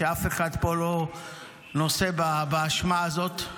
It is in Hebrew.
אף אחד פה לא נושא באשמה הזאת.